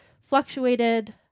fluctuated